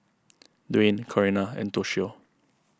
Dwain Corina and Toshio